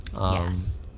Yes